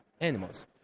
animals